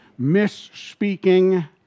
misspeaking